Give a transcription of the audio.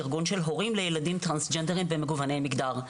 ארגון של הורים לילדים טרנסג'נדרים ומגווני מגדר.